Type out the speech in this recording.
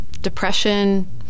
depression